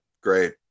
Great